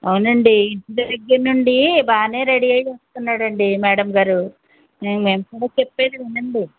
అవునండి ఇంటి దగ్గర నుండి బాగానే రెడీ అయ్యి వస్తున్నాడండి మేడం గారు నేను వెంటనే చెప్పేది వినండి